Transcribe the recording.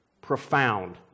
Profound